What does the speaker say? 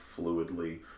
fluidly